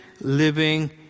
living